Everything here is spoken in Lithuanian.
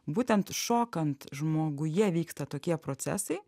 būtent šokant žmoguje vyksta tokie procesai